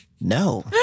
No